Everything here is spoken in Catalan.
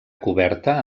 coberta